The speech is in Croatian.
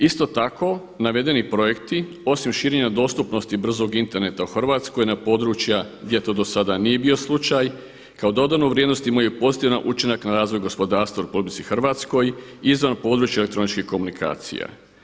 Isto tako, navedeni projekti osim širenja dostupnosti brzog interneta u Hrvatskoj na područja gdje to do sada nije bio slučaj kao dodanu vrijednost imaju pozitivan učinak na razvoj gospodarstva u Republici Hrvatskoj izvan područja elektroničkih komunikacija.